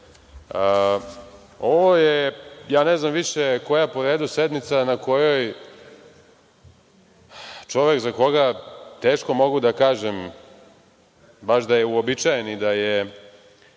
107.Ovo je ne znam više koja p redu sednica na kojoj čovek za koga teško mogu da kažem baš da je uobičajen i da je